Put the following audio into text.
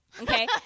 okay